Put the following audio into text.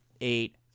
eight